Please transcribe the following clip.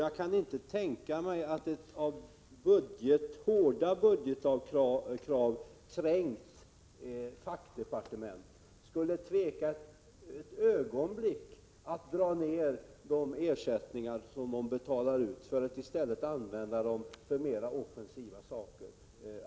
Jag kan inte tänka mig att ett fackdepartement hårt trängt av budgetkrav skulle tveka ett ögonblick att dra ner på de ersättningar som de betalar ut för att i stället kunna använda pengarna för mera offensiva saker.